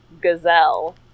Gazelle